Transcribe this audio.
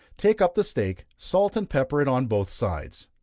take up the steak, salt and pepper it on both sides.